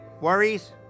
worries